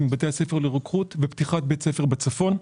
בבתי הספר לרוקחות וגם על פתיחת בית ספר בצפון.